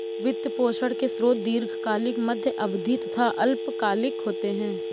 वित्त पोषण के स्रोत दीर्घकालिक, मध्य अवधी तथा अल्पकालिक होते हैं